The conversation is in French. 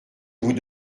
vous